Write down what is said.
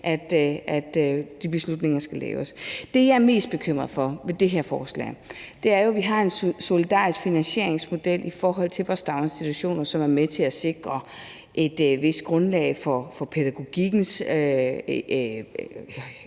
de beslutninger i virkeligheden skal træffes. Vi har en solidarisk finansieringsmodel i forhold til vores daginstitutioner, som er med til at sikre et vist grundlag for pædagogikkens